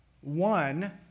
One